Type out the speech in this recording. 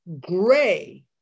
Gray